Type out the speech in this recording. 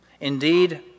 Indeed